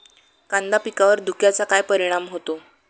कांदा पिकावर धुक्याचा काय परिणाम होतो?